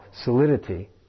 solidity